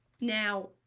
Now